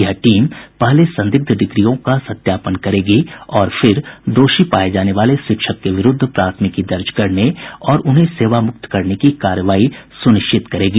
यह टीम पहले संदिग्ध डिग्रियों का सत्यापन करेगी और फिर दोषी पाये जाने वाले शिक्षक के विरूद्ध प्राथमिकी दर्ज करने और उन्हें सेवा मुक्त करने की कार्रवाई सुनिश्चित करेगी